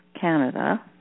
Canada